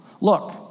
Look